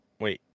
Wait